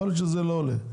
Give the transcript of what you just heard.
יכול להיות שזה לא עולה.